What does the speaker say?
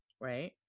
right